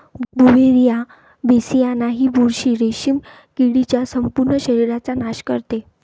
Beauveria बेसियाना ही बुरशी रेशीम किडीच्या संपूर्ण शरीराचा नाश करते